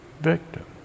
victim